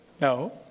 No